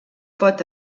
pot